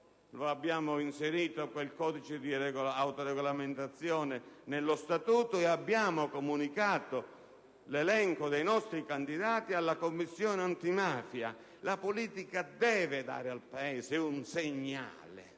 seguito inserendo quel codice di autoregolamentazione nello statuto e comunicando l'elenco dei nostri candidati alla Commissione antimafia. La politica deve dare al Paese un segnale,